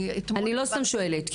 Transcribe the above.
אני לא סתם שואלת.